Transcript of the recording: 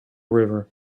river